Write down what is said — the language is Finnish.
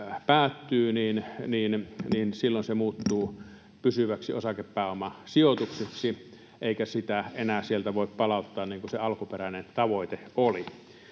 päättyy, se muuttuu pysyväksi osakepääomasijoitukseksi eikä sitä voi enää sieltä palauttaa, niin kuin se alkuperäinen tavoite oli.